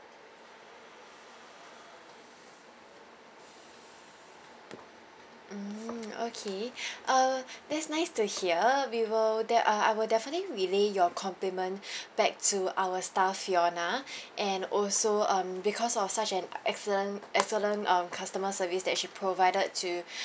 mm okay uh that's nice to hear we will de~ uh I will definitely relay your compliment back to our staff fiona and also um because of such an excellent excellent um customer service that she provided to